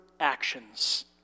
actions